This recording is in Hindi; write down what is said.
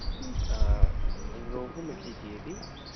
रोहू मछली चाहिए थी